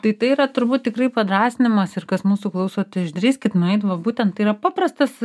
tai tai yra turbūt tikrai padrąsinimas ir kas mūsų klausot išdrįskit nueit va būtent tai yra paprastas